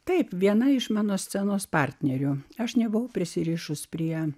taip viena iš mano scenos partnerio aš nebuvau prisirišusi prie